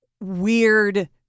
weird